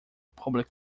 public